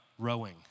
rowing